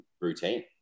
routine